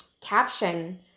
caption